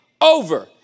over